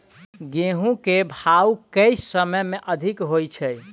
गेंहूँ केँ भाउ केँ समय मे अधिक होइ छै?